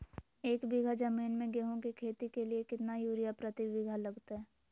एक बिघा जमीन में गेहूं के खेती के लिए कितना यूरिया प्रति बीघा लगतय?